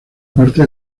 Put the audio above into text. parte